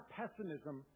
pessimism